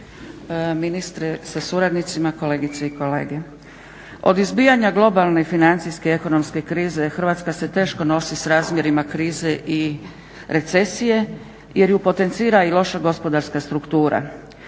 Hrvatska se teško nosi sa razmjerima krize i recesije jer ju potencira i loša gospodarska struktura.